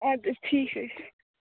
اَدٕ حظ ٹھیٖک حظ چھُ